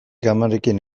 kamerekin